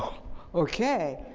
okay.